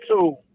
two